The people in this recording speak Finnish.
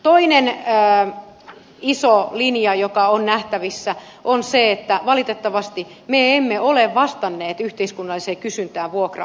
toinen iso linja joka on nähtävissä on se että valitettavasti me emme ole vastanneet yhteiskunnalliseen kysyntään vuokra asumisesta